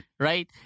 right